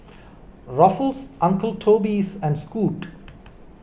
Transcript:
Ruffles Uncle Toby's and Scoot